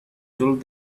told